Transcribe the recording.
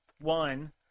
one